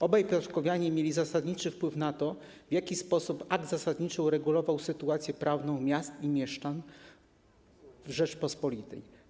Obaj piotrkowianie mieli zasadniczy wpływ na to, w jaki sposób akt zasadniczy uregulował sytuację prawną miast i mieszczan w Rzeczypospolitej.